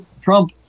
Trump